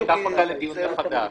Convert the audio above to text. נפתח את זה לדיון מחדש.